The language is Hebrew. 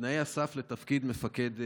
תנאי הסף לתפקיד מפקד גל"צ,